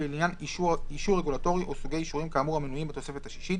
לעניין אישור רגולטורי או סוגי אישורים כאמור המנויים בתוספת השישית,